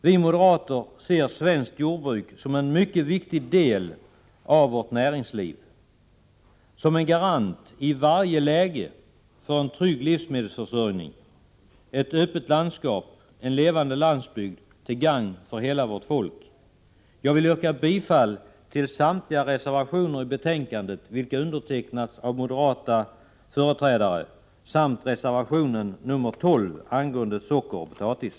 Vi moderater ser svenskt jordbruk som en mycket viktig del av vårt näringsliv — som en garant, i varje läge — för en trygg livsmedelsförsörjning, ett öppet landskap, en levande landsbygd till gagn för hela vårt folk. Jag vill yrka bifall till samtliga reservationer som fogats till betänkandet av moderata företrädare samt till reservation nr 12 angående socker och potatis.